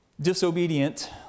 disobedient